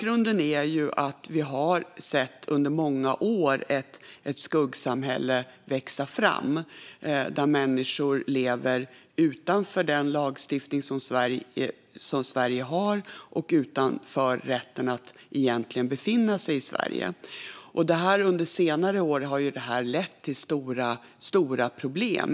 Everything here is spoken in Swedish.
Under många år har vi sett ett skuggsamhälle växa fram där människor lever utanför svensk lagstiftning och utan rätt att befinna sig i Sverige, vilket har lett till stora problem.